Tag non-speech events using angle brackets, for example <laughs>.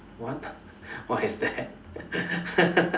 what <laughs> why is that <laughs>